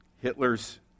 Hitler's